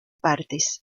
partes